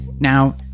Now